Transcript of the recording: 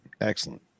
Excellent